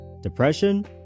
depression